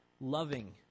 loving